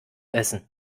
essen